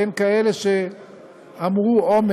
בין כאלה שאמרו אומר,